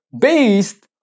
based